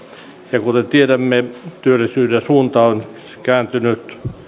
ja parantaa työllisyyttämme ja kuten tiedämme työllisyyden suunta on kääntynyt